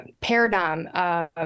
paradigm